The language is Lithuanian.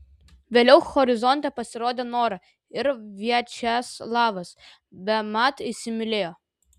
vėliau horizonte pasirodė nora ir viačeslavas bemat įsimylėjo